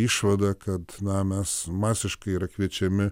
išvada kad na mes masiškai yra kviečiami